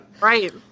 right